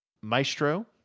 Maestro